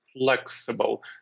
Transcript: Flexible